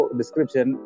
description